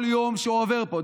כל יום שעובר פה,